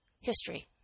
history